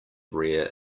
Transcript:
rare